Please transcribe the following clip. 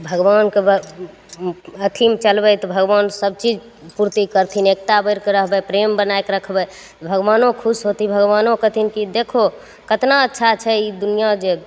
भगवानके ब अथीमे चलबै तऽ भगवान सबचीज पुर्ति करथिन एकता बनिके रहबै प्रेम बनैके रखबै भगवानो खुश होथिन भगवानो कहथिन कि देखहो कतना अच्छा छै ई दुनिआँ जे